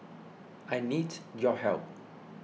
I need your help